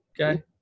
okay